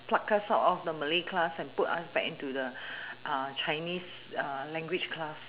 pluck us out of the malay class and put us back into the uh chinese uh language class